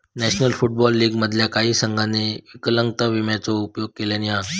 national Football League मधल्या काही संघांनी विकलांगता विम्याचो उपयोग केल्यानी हा